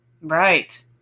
Right